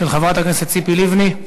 של חברת הכנסת ציפי לבני.